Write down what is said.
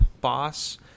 boss